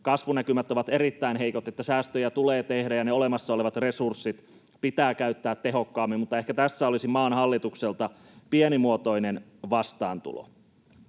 kasvunäkymät ovat erittäin heikot, niin että säästöjä tulee tehdä ja ne olemassa olevat resurssit pitää käyttää tehokkaammin, mutta ehkä tässä olisi maan hallitukselta pienimuotoinen vastaantulo.